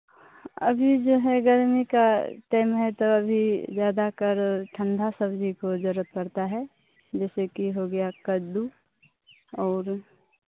अभी जो है गर्मी का टाइम है तो ज्यादाकर ठंडा सब्जी को जरूरत पड़ता है जैसे कि हो गया कद्दू और